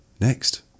Next